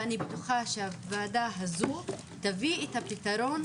ואני בטוחה שהוועדה הזו תביא את הפתרון,